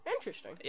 Interesting